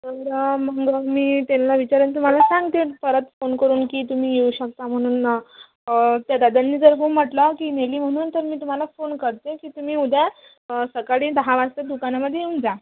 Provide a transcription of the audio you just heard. तर मग मी त्यांला विचारून तुम्हाला सांगते परत फोन करून की तुम्ही येऊ शकता म्हणून त्या दादांनी जर हो म्हटलं की नेली म्हणून तर मी तुम्हाला फोन करते की तुम्ही उद्या सकाळी दहा वाजता दुकानामधे येऊन जा